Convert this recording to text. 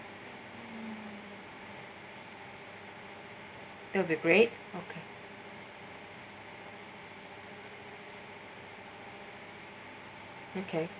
that will be great okay okay